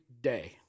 day